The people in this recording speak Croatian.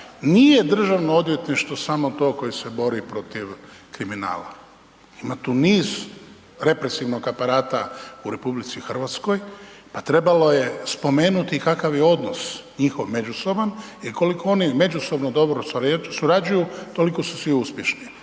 nije Državno odvjetništvo samo to koje se bori protiv kriminala, ima tu niz represivnog aparata u RH pa trebalo je spomenuti kakav je odnos njihov međusoban jer koliko oni međusobno dobro surađuju, toliko su svi uspješni.